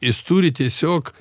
jis turi tiesiog